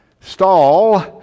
stall